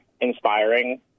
inspiring